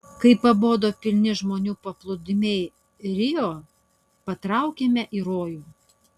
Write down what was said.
kai pabodo pilni žmonių paplūdimiai rio patraukėme į rojų